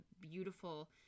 beautiful